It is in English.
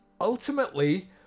ultimately